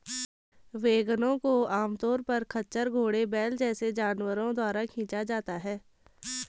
वैगनों को आमतौर पर खच्चर, घोड़े, बैल जैसे जानवरों द्वारा खींचा जाता है